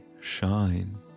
shine